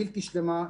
בלתי שלמה,